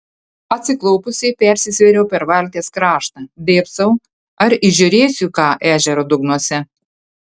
atsiklaupusi persisvėriau per valties kraštą dėbsau ar įžiūrėsiu ką ežero dugnuose